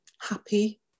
Happy